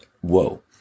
whoa